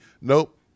Nope